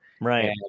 Right